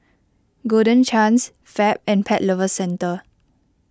Golden Chance Fab and Pet Lovers Centre